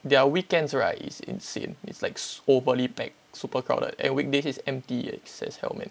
their weekends right it's insane it's overly packed super crowded and weekdays is empty eh sad as hell man